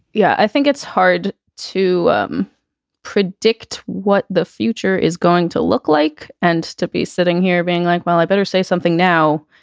yeah, i think it's hard to um predict what the future is going to look like. and to be sitting here being like, well, i better say something now,